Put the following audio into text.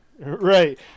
right